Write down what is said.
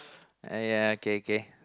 !aiya! okay okay